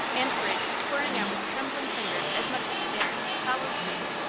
and briggs, pouring out with trembling fingers as much as he dared, followed suit.